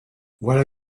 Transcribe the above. voilà